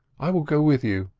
i will go with you.